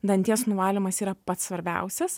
danties nuvalymas yra pats svarbiausias